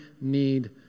need